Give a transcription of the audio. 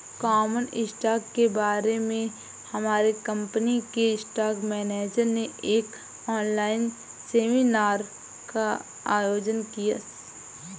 common stock के बारे में हमारे कंपनी के स्टॉक मेनेजर ने एक ऑनलाइन सेमीनार का आयोजन किया